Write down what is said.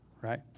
Right